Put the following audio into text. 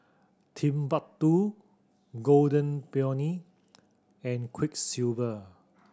Timbuk Two Golden Peony and Quiksilver